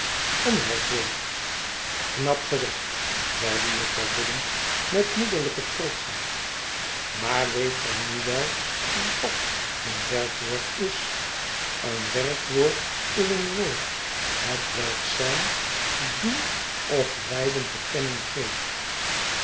een werkwoord knap gezegd zeide jufvrouw budden met moederlijke trotschheid maar weet gij nu wel wat een werkwoord is een werkwoord is een woord hetwelk zijn doen of lijden te kennen geeft